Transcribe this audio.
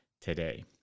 today